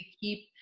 keep